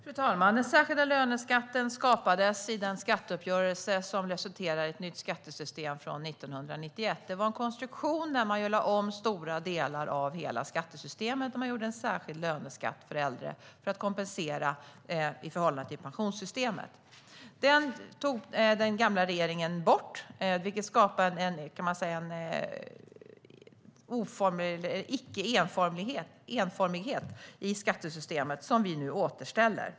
Fru talman! Den särskilda löneskatten skapades i den skatteuppgörelse från 1991 som resulterade i ett nytt skattesystem. Det var en konstruktion där man lade om stora delar av hela skattesystemet och gjorde en särskild löneskatt för äldre för att kompensera i förhållande till pensionssystemet. Den tog den gamla regeringen bort, vilket skapade en bristande likformighet i skattesystemet som vi nu återställer.